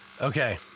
okay